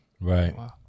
Right